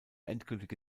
endgültige